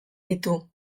ditu